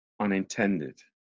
unintended